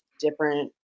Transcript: different